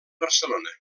barcelona